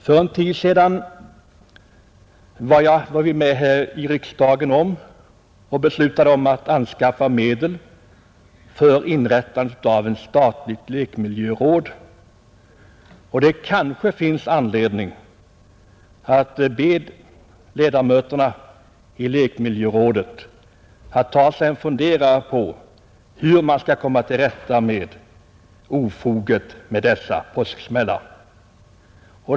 För en tid sedan beslutade vi här i riksdagen att anslå medel för inrättandet av ett statligt lekmiljöråd och det kanske finns anledning att be ledamöterna i lekmiljörådet att ta sig en funderare på hur man skall kunna komma till rätta med ofoget med dessa påsksmällar.